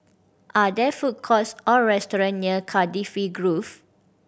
are there food courts or restaurants near Cardifi Grove